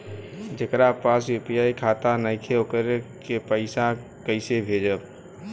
जेकरा पास यू.पी.आई खाता नाईखे वोकरा के पईसा कईसे भेजब?